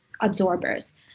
absorbers